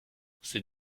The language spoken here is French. c’est